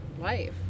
life